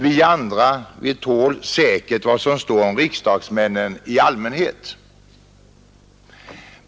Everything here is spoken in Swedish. Vi andra tål säkert vad som står om riksdagsmännen i allmänhet.